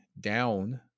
down